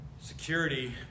security